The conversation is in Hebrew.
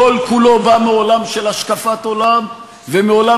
כל כולו בא מעולם של השקפת עולם ומעולם